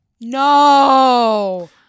No